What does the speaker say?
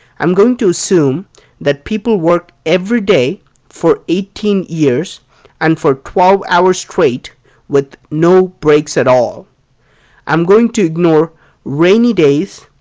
i am going to assume that people worked every day for eighteen years and for twelve hours straight with no breaks at all. i am going to ignore rainy days,